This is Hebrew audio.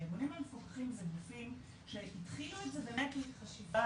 הארגונים המפוקחים זה גופים שהתחילו את זה באמת עם חשיבה,